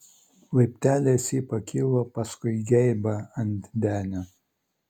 laipteliais ji pakilo paskui geibą ant denio